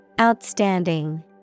Outstanding